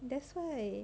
that's why